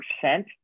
percent